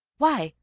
why,